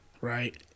right